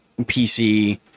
PC